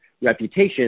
reputation